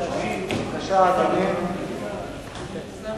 בבקשה, אדוני.